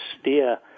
steer